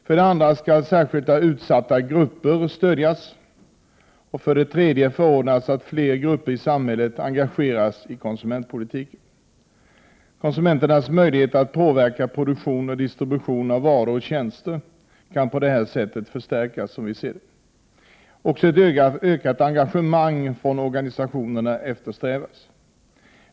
För det andra skall särskilt utsatta grupper stödjas, och för det tredje förordas att fler grupper i samhället engageras i konsumentpolitiken. Konsumenternas möjligheter att påverka produktion och distribution av varor och tjänster kan på det sättet förstärkas. Också ett ökat engagemang från organisationer eftersträvas.